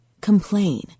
Complain